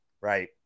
right